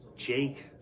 Jake